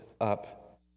up